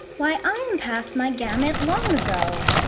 why, i am past my gamut long ago.